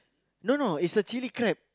no no is a chilli crab